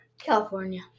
California